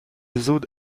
زود